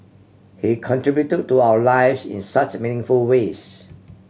he contribute to to our lives in such meaningful ways